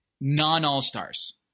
non-all-stars